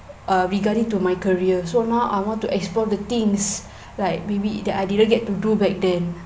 uh regarding to my career so now I want to explore the things like maybe that I didn't get to do back then